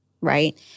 right